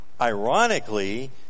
Ironically